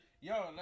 yo